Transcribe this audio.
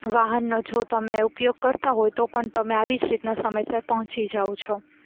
વાહનનો જો તમે ઉપયોગ કરતા હોય તો તમે આવી જ રીતના સમયસર પહોંચી જાઓ છો